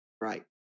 Right